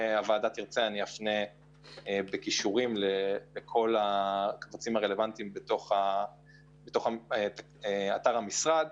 להפנות לקישורים הרלבנטיים באתר המשרד.